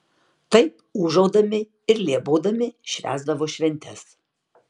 taip ūžaudami ir lėbaudami švęsdavo šventes